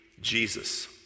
Jesus